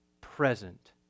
present